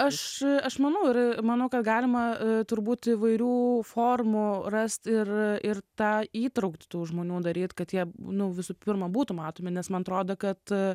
aš aš manau ir manau kad galima turbūt įvairių formų rasti ir ie tą įtrauktį tų žmonių daryt kad jie nu visų pirma būtų matomi nes man atrodo kad